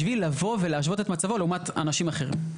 בשביל לבוא ולהשוות את מצבו לעומת אנשים אחרים.